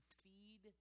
feed